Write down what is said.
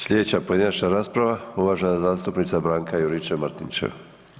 Sljedeća pojedinačna rasprava uvažena zastupnica Branka Juričev-Martinčev.